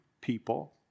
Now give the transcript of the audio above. people